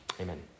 Amen